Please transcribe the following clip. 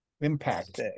impact